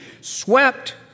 swept